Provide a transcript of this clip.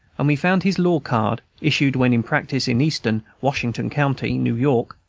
and we found his law-card, issued when in practice in easton, washington county, new york.